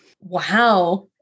Wow